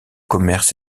commerces